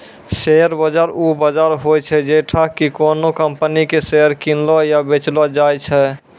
share बाजार उ बजार होय छै जैठां कि कोनो कंपनी के शेयर किनलो या बेचलो जाय छै